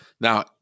Now